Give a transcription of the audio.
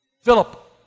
Philip